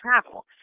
travel